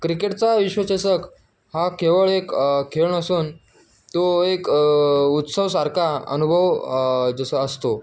क्रिकेटचा विश्वचषक हा केवळ एक खेळ नसून तो एक उत्सव सारखा अनुभव जसा असतो